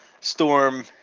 storm